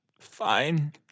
fine